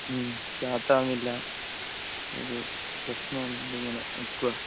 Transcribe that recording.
സ്റ്റാർട്ടാവുന്നില്ല ഒരു പ്രശ്നം ഇങ്ങനെ നിൽക്കുവാ